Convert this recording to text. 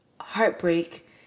heartbreak